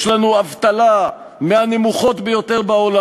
יש לנו אבטלה מהנמוכות ביותר בעולם.